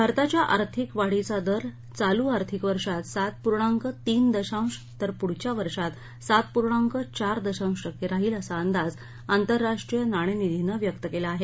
भारताच्या आर्थिक वाढीचा दर चालू आर्थिक वर्षात सात पूर्णांक तीन दशांश तर पुढच्या वर्षात सात पूर्णांक चार दशांश टक्के राहिल असा अदांज आंतरराष्ट्रीय नाणेनिधीनं व्यक्त केला आहे